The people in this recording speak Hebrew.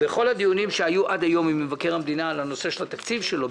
בכל הדיונים שהיו עד היום עם מבקר המדינה על הנושא של התקציב שלו,